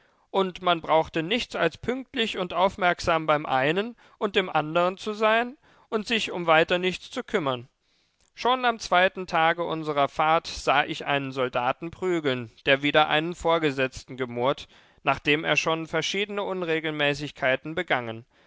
und man brauchte nichts als pünktlich und aufmerksam beim einen und dem andern zu sein und sich um weiter nichts zu kümmern schon am zweiten tage unserer fahrt sah ich einen soldaten prügeln der wider einen vorgesetzten gemurrt nachdem er schon verschiedene unregelmäßigkeiten begangen